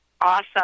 Awesome